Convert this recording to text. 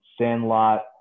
Sandlot